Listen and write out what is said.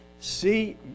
See